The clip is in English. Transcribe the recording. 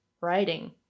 writing